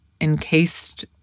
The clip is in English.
encased